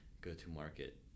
go-to-market